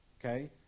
Okay